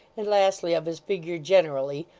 and lastly of his figure generally,